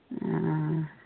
हॅं